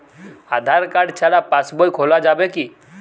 আধার card ছাড়া পাশবই খোলা যাবে কি?